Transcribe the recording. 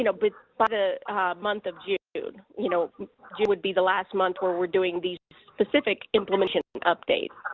you know but but month of june. you know june would be the last month where we're doing these specific implementation updates.